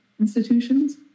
institutions